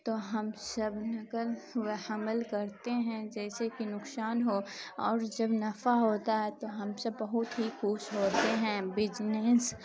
تو ہم سب نقل و حمل کرتے ہیں جیسے کہ نقصان ہو اور جب نفع ہوتا ہے تو ہم سب بہت ہی خوش ہوتے ہیں بجنس